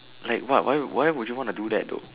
like what why would why would you want to do that though